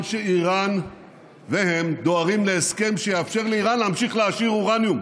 שאיראן והם דוהרים להסכם שיאפשר לאיראן להמשיך להעשיר אורניום.